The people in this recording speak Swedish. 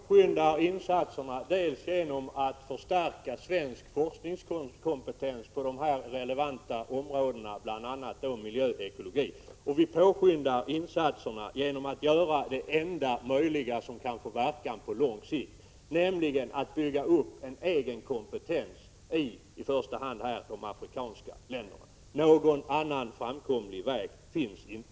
Herr talman! Vi påskyndar insatserna dels genom att förstärka svensk forskningskompetens på de här relevanta områdena, bl.a. miljö och ekologi, dels genom att göra det enda möjliga som kan få verkan på lång sikt, nämligen genom att bygga upp en egen kompetens i första hand i de afrikanska länderna. Någon annan framkomlig väg finns inte.